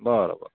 बरं बरं